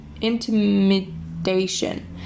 intimidation